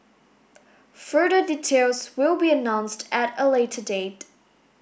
further details will be announced at a later date